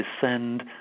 descend